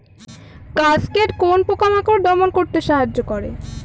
Cascade কোন পোকা মাকড় দমন করতে সাহায্য করে?